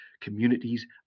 communities